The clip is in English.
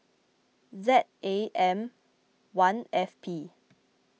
Z A M one F P